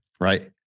right